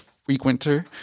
Frequenter